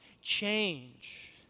change